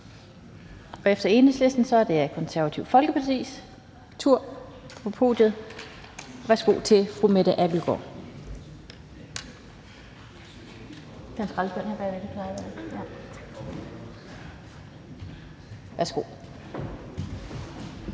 Efter Enhedslisten er det Det Konservative Folkepartis tur på podiet. Værsgo til fru Mette Abildgaard.